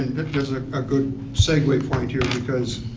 there's ah ah good segue point here because